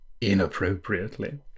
inappropriately